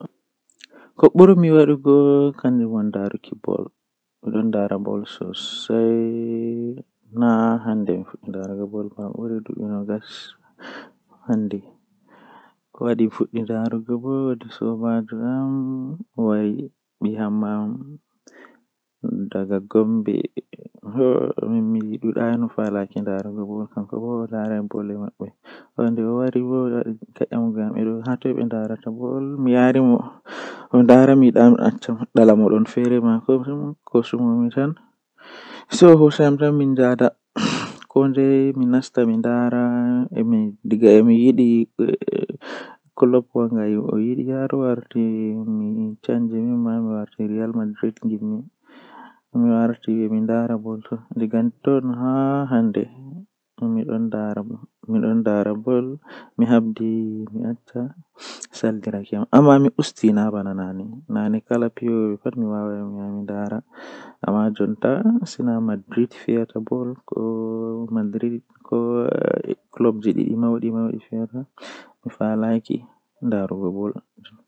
Fijide mi burda yidugo kanjum woni ballon bedon wiya dum football malla soccer be turankoore nden fijirde man beldum masin nden himbe dubbe don yidi halla man.